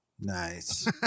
Nice